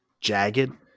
jagged